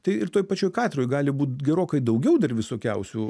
tai ir toj pačioj katedroj gali būt gerokai daugiau dar visokiausių